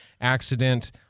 accident